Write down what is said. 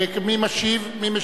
מי משיב?